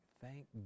thank